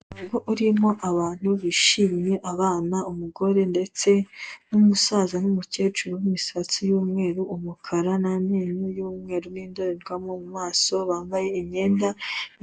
Umuryango urimo abantu bishimye abana, umugore ndetse n'umusaza n'umucyecuru w'imisatsi y'umweru, umukara, n'amenyo y'umweru n'indorerwamo mu maso, bambaye imyenda